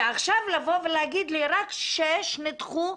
ועכשיו לבוא ולהגיד לי, רק שישה נדחו.